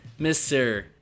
Mr